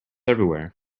everywhere